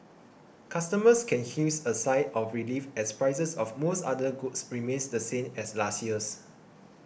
customers can heave a sigh of relief as prices of most other goods remain the same as last year's